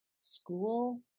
school